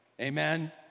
Amen